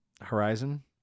Horizon